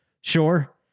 Sure